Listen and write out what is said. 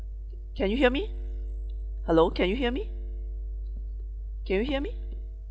can you hear me hello can you hear me can you hear me